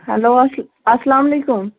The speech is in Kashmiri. ہٮ۪لو اَس اَلسلامُ علیکُم